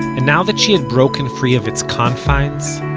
and now that she had broken free of its confines,